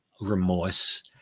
remorse